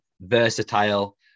Versatile